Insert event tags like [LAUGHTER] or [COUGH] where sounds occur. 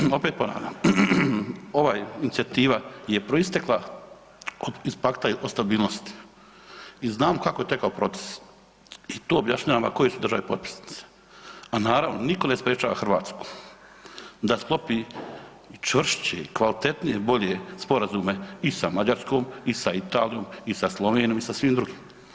Znači, opet ponavljam, ova Inicijativa je proistekla iz Pakta o stabilnosti i znam kako je tekao proces, i to objašnjavam ... [UNINTELLIGIBLE] koje države su potpisnice, a naravno nitko ne sprečava Hrvatsku da sklopi i čvršće, kvalitetnije, bolje sporazume i sa Mađarskom, i sa Italijom, i sa Slovenijom i sa svim drugim.